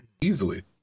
easily